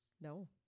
No